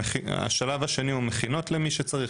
השלב השני הוא מכינות למי שצריך,